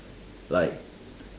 like